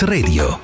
Radio